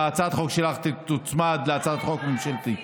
והצעת החוק שלך תוצמד להצעת חוק ממשלתית.